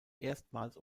erstmals